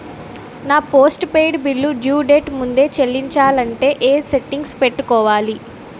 నా postpaid bill due date ముందే చెల్లించాలంటే ఎ సెట్టింగ్స్ పెట్టుకోవాలి?